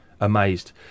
Amazed